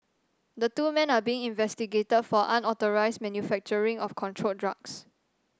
the two men are being investigated for unauthorised manufacturing of controlled drugs